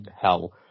hell